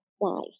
life